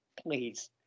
Please